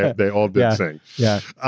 they all did sing. yeah